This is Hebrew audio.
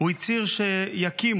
הוא הצהיר שיקימו,